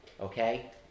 Okay